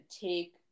take